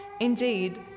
Indeed